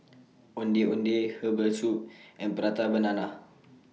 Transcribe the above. Ondeh Ondeh Herbal Soup and Prata Banana